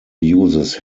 uses